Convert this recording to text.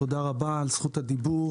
תודה רבה על זכות הדיבור.